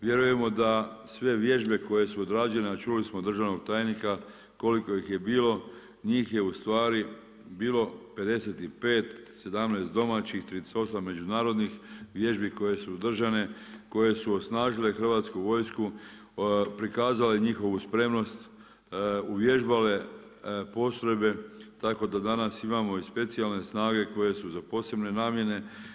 Vjerujemo da sve vježbe koje su odrađene, a čuli smo od državnog tajnika koliko ih je bilo, njih je ustvari bilo 55, 17 domaćih i 38 međunarodnih vježbi koje su održane, koje su osnažile Hrvatsku vojsku, prikazale njihovu spremnost, uvježbale postrojbe tako da danas imamo i specijalne snage koje su za posebne namjene.